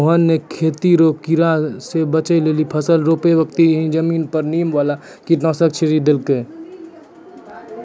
मोहन नॅ खेती रो कीड़ा स बचै लेली फसल रोपै बक्ती हीं जमीन पर नीम वाला कीटनाशक छिड़की देलकै